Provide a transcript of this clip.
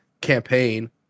campaign